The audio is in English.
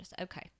Okay